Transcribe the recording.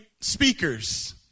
speakers